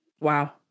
Wow